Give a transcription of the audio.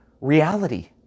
Reality